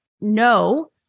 No